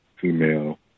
female